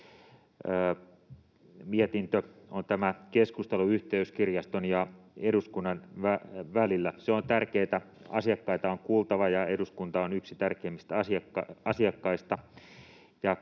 mietintö, on keskusteluyhteys kirjaston ja eduskunnan välillä. Se on tärkeätä. Asiakkaita on kuultava, ja eduskunta on yksi tärkeimmistä asiakkaista.